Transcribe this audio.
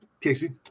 Casey